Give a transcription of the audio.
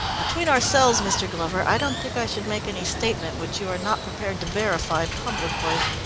between ourselves, mr. glover, i don't think i should make any statement which you are not prepared to verify publicly.